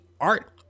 art